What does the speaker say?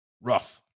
Rough